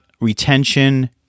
retention